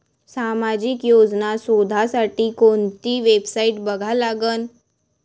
सामाजिक योजना शोधासाठी कोंती वेबसाईट बघा लागन?